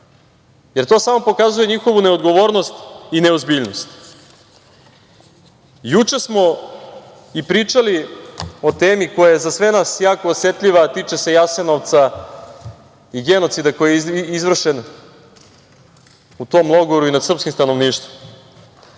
jer to samo pokazuje njihovu neodgovornost i neozbiljnost. Juče smo i pričali o temi koja je za sve nas jako osetljiva, a tiče se Jasenovca i genocida koji je izvršen u tom logoru i nad srpskim stanovništvom.